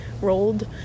rolled